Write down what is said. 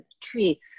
tree